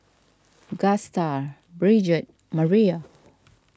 Gusta Bridget Mariah